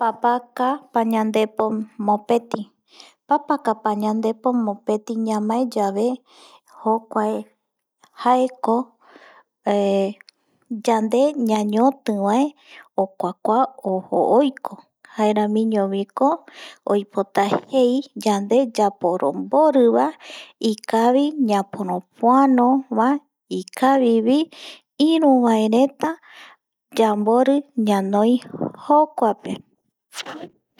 Papaka pañandepo mopeti, papaka pañandepo mopeti ñamae yave jokuae jaeko yande ñoñotivae okuakua ojo oiko jaeramiñoviko oipota jei yande yaporomboriva ikavi ñaporopoanova, ikavivi iruva reta yambori ñanoi jokuape